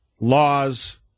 laws